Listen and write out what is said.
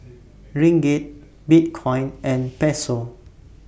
Ringgit Bitcoin and Peso